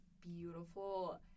beautiful